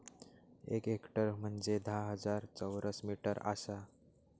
एक हेक्टर म्हंजे धा हजार चौरस मीटर आसा